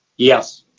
yes.